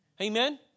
Amen